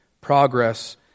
progress